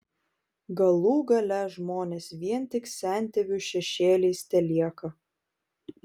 galų gale žmonės vien tik sentėvių šešėliais telieka